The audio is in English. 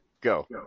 go